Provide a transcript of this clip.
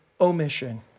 omission